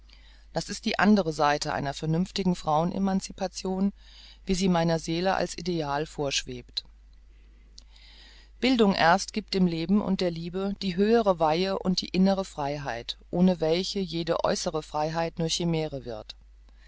das ist die andere seite einer vernünftigen frauen emancipation wie sie meiner seele als ideal vorschwebt bildung erst giebt dem leben und der liebe die höhere weihe und die innere freiheit ohne welche jede äußere freiheit zur chimäre wird